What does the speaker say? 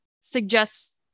suggest